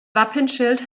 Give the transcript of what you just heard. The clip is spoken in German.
wappenschild